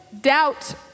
Doubt